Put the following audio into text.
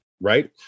Right